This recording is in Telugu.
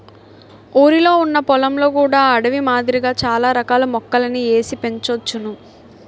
ఊరిలొ ఉన్న పొలంలో కూడా అడవి మాదిరిగా చాల రకాల మొక్కలని ఏసి పెంచోచ్చును